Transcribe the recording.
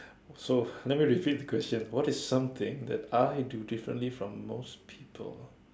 so let me repeat the question what is something that I do differently from most people